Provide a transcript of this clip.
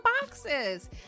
boxes